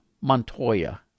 Montoya